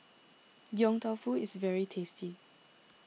Yong Tau Foo is very tasty